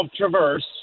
Traverse